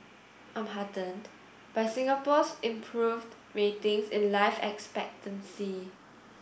I'm heartened by Singapore's improved ratings in life expectancy